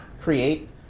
create